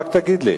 רק תגיד לי.